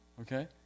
okay